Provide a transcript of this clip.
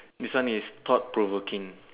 this one is thought provoking